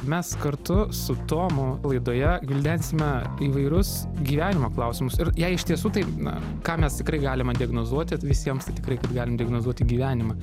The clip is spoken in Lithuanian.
mes kartu su tomu laidoje gvildensime įvairius gyvenimo klausimus ir jei iš tiesų taip na ką mes tikrai galime diagnozuoti visiems tai tikrai kad galim diagnozuoti gyvenimą